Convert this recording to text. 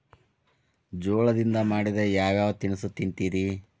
ಜೋಳದಿಂದ ಮಾಡಿದ ಯಾವ್ ಯಾವ್ ತಿನಸು ತಿಂತಿರಿ?